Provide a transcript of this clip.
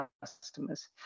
customers